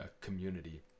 Community